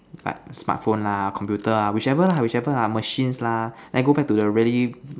like smartphone lah computer ah whichever lah whichever ah machines lah then go back to the really